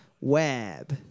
Web